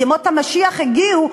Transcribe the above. ימות המשיח הגיעו,